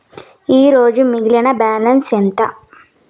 ఈరోజు మిగిలిన బ్యాలెన్స్ ఎంత?